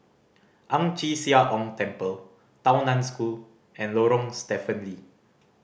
Ang Chee Sia Ong Temple Tao Nan School and Lorong Stephen Lee